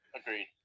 Agreed